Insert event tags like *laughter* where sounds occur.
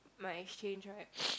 my exchange right *noise*